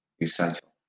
essential